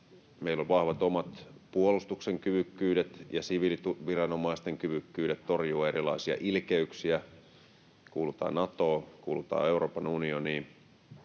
Meillä on vahvat omat puolustuksen kyvykkyydet ja siviiliviranomaisten kyvykkyydet torjua erilaisia ilkeyksiä. Kuulutaan Natoon, kuulutaan Euroopan unioniin,